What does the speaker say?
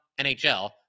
NHL